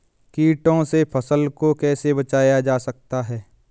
कीटों से फसल को कैसे बचाया जा सकता है?